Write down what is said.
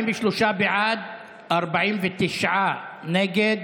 43 בעד, 49 נגד,